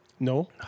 No